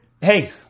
hey